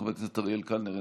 חבר הכנסת אריאל קלנר,